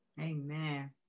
Amen